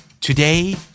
Today